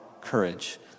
courage